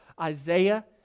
Isaiah